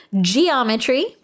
Geometry